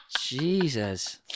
Jesus